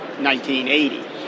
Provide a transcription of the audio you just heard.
1980